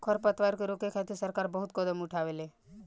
खर पतवार के रोके खातिर सरकार बहुत कदम उठावेले